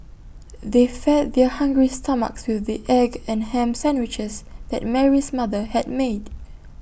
they fed their hungry stomachs with the egg and Ham Sandwiches that Mary's mother had made